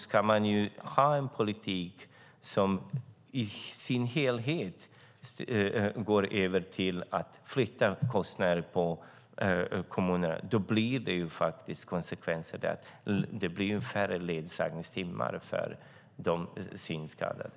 Ska man ha en politik som i sin helhet går ut på att flytta över kostnader till kommunerna får det konsekvenser. Det blir till exempel färre ledsagningstimmar för de synskadade.